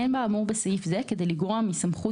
(ו)אין באמור בסעיף זה כדי לגרוע מסמכות